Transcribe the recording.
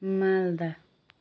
Malda